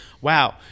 Wow